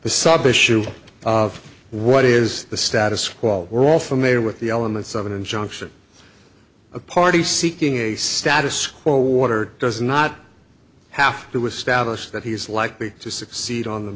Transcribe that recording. the sub issue of what is the status quo we're all familiar with the elements of an injunction a party seeking a status quo water does not have to establish that he's likely to succeed on the